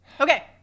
Okay